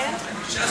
אי-אפשר כבר.